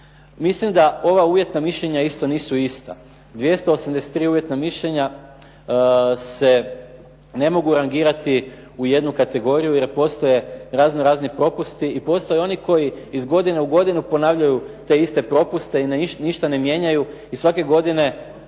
Mislim da ova uvjetna mišljenja isto nisu ista. 283 uvjetna mišljenja se ne mogu rangirati u jednu kategoriju jer postoje raznorazni propusti i postoje oni koji iz godine u godinu ponavljaju te iste propuste i ništa ne mijenjaju i svake godine